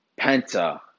Penta